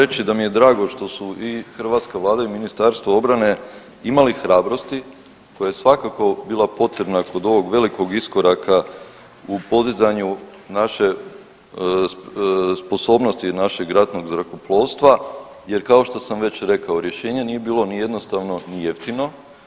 Evo moram reći da mi je drago što su i hrvatska vlada i Ministarstvo obrane imali hrabrosti koja je svakako bila potrebna kod ovog velikog iskoraka u podizanju naše sposobnosti našeg ratnog zrakoplovstva jer kao što sam već rekao rješenje nije bilo ni jednostavno ni jeftino.